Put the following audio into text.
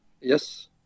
Yes